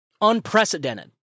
Unprecedented